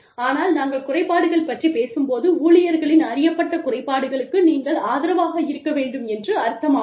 ஆனால் நாங்கள் குறைபாடுகள் பற்றிப் பேசும்போது ஊழியர்களின் அறியப்பட்ட குறைபாடுகளுக்கு நீங்கள் ஆதரவாக இருக்க வேண்டும் என்று அர்த்தம் ஆகும்